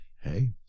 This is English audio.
Hey